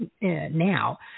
now